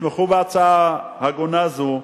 תתמכו בהצעה הגונה זו,